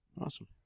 awesome